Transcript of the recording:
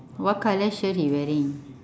what colour shirt he wearing